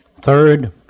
Third